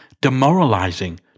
demoralizing